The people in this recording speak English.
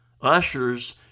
ushers